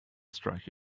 strike